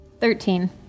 Thirteen